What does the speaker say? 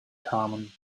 kamen